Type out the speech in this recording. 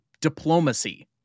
diplomacy